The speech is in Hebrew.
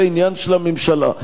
זה עניין של הממשלה.